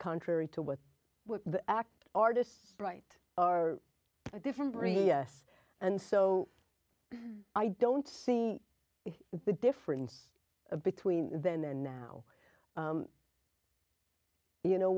contrary to what the act artists right are a different breed yes and so i don't see the difference between then and now you know